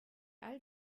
all